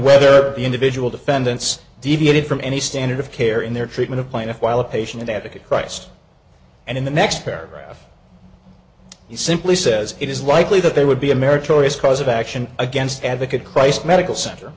whether the individual defendants deviated from any standard of care in their treatment of plaintiff while a patient advocate christ and in the next paragraph he simply says it is likely that there would be a meritorious cause of action against advocate christ medical center